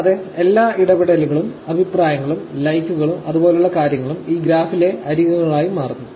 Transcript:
കൂടാതെ എല്ലാ ഇടപെടലുകളും അഭിപ്രായങ്ങളും ലൈക്കുകളും അതുപോലുള്ള കാര്യങ്ങളും ഈ ഗ്രാഫിലെ അരികുകളായി മാറുന്നു